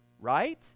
right